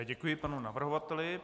Děkuji panu navrhovateli.